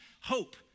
hope